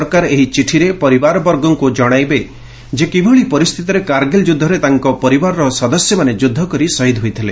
ସରକାର ଏହି ଚିଠିରେ ପରିବାରବର୍ଗଙ୍କୁ ଜଣାଇଦେବେ ଯେ କିଭଳି ପରିସ୍ଥିତିରେ କାର୍ଗିଲ୍ ଯୁଦ୍ଧରେ ତାଙ୍କ ପରିବାରର ସଦସ୍ୟ ଯୁଦ୍ଧ କରି ଶହୀଦ ହୋଇଥିଲେ